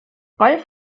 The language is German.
rolf